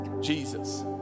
Jesus